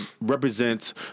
represents